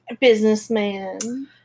businessman